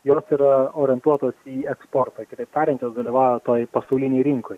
jos yra orientuotos į eksportą kitaip tariant jos dalyvauja toj pasaulinėj rinkoj